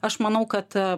aš manau kad